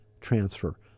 transfer